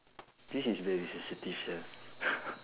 this is very sensitive sia